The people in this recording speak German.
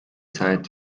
zeit